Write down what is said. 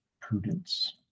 prudence